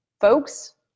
Folks